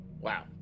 Wow